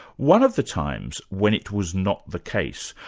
one of the times when it was not the case,